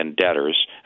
debtors